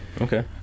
Okay